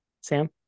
Sam